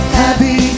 happy